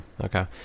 Okay